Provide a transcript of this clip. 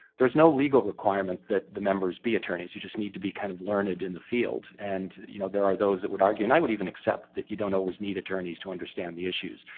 there's no legal requirement that the members be attorneys. you just need to be kind of learned in the field, and you know there are those that would argue. and i would even accept that you don't always need attorneys to understand the issues.